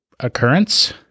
occurrence